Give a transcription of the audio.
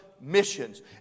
missions